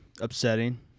upsetting